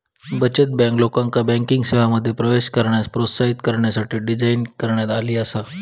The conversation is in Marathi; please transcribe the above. बचत बँक, लोकांका बँकिंग सेवांमध्ये प्रवेश करण्यास प्रोत्साहित करण्यासाठी डिझाइन करण्यात आली आसा